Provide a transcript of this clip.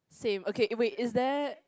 same okay uh wait is there